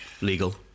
Legal